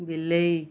ବିଲେଇ